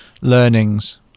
learnings